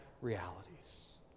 realities